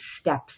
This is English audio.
steps